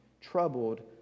troubled